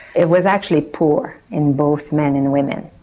it was actually poor in both men and women.